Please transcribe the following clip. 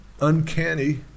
uncanny